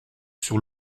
sur